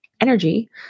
energy